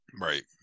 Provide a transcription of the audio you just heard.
Right